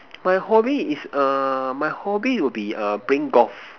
my hobby is err my hobby will be err playing golf